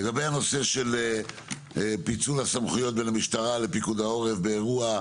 לגבי הנושא של פיצול הסמכויות בין המשטרה לפיקוד העורף באירוע,